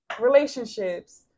relationships